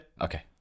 Okay